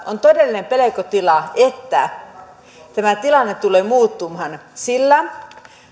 on todellinen pelkotila että tämä tilanne tulee muuttumaan sillä